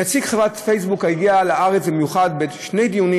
נציג חברת פייסבוק הגיע לארץ במיוחד לשני דיונים